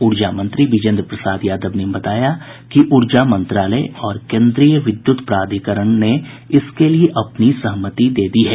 ऊर्जा मंत्री बिजेन्द्र प्रसाद यादव ने बताया कि ऊर्जा मंत्रालय और केन्द्रीय विद्युत प्राधिकारण ने इसके लिए अपनी सहमति दे दी है